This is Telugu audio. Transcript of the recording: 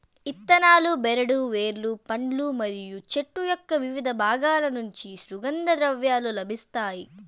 ఇత్తనాలు, బెరడు, వేర్లు, పండ్లు మరియు చెట్టు యొక్కవివిధ బాగాల నుంచి సుగంధ ద్రవ్యాలు లభిస్తాయి